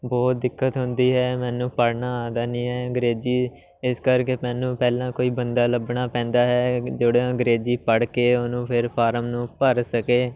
ਬਹੁਤ ਦਿੱਕਤ ਹੁੰਦੀ ਹੈ ਮੈਨੂੰ ਪੜ੍ਹਨਾ ਆਉਂਦਾ ਨਹੀਂ ਹੈ ਅੰਗਰੇਜ਼ੀ ਇਸ ਕਰਕੇ ਮੈਨੂੰ ਪਹਿਲਾਂ ਕੋਈ ਬੰਦਾ ਲੱਭਣਾ ਪੈਂਦਾ ਹੈ ਜਿਹੜਾ ਅੰਗਰੇਜ਼ੀ ਪੜ੍ਹ ਕੇ ਉਹਨੂੰ ਫਿਰ ਫਾਰਮ ਨੂੰ ਭਰ ਸਕੇ